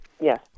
Yes